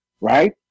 right